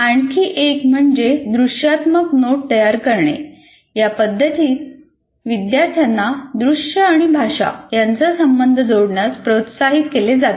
आणखी एक म्हणजे दृश्यात्मक नोट तयार करणे या पद्धतीत विद्यार्थ्यांना दृश्य आणि भाषा यांचा संबंध जोडण्यास प्रोत्साहित केले जाते